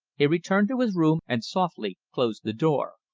he returned to his room and softly closed the door.